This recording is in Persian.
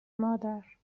مادر